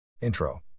Intro